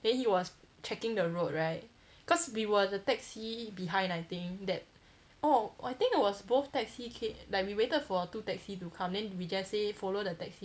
then he was checking the road right cause we were the taxi behind I think that oh I think was both taxi came like we waited for two taxi to come then we just say follow the taxi